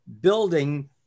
building